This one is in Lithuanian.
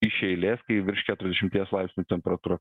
iš eilės kai virš keturiasdešimties laipsnių temperatūros